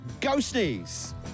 ghosties